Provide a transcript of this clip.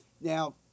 Now